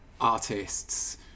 artists